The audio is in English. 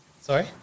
Sorry